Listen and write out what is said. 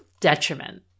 detriment